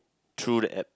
through the app